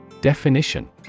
Definition